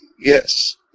Yes